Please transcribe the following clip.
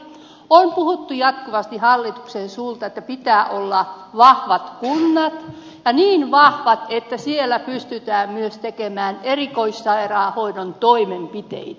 on puhuttu jatkuvasti hallituksen suulla että pitää olla vahvat kunnat ja niin vahvat että siellä pystytään myös tekemään erikoissairaanhoidon toimenpiteitä